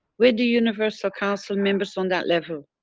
with the universal council members on that level.